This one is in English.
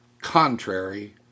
contrary